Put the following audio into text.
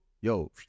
yo